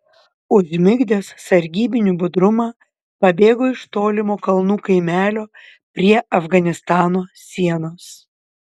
užmigdęs sargybinių budrumą pabėgo iš tolimo kalnų kaimelio prie afganistano sienos